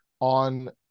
on